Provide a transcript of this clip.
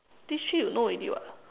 this three you know already [what]